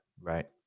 right